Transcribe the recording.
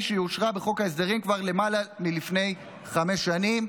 שאושרה בחוק ההסדרים כבר לפני למעלה מחמש שנים.